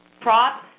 Prop